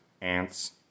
ants